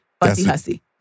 fussy-hussy